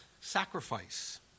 sacrifice